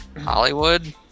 Hollywood